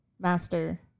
Master